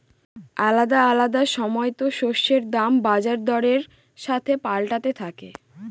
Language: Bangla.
আলাদা আলাদা সময়তো শস্যের দাম বাজার দরের সাথে পাল্টাতে থাকে